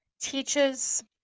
Teaches